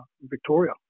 Victoria